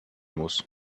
muss